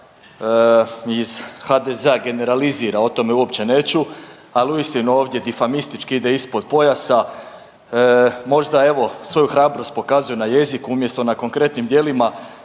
iz HDZ-a generalizira o tome uopće neću ali uistinu ovdje difamistički ide ispod pojasa možda evo svoju hrabrost pokazuje na jeziku umjesto na konkretnim djelima